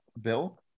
bill